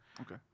okay